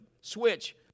switch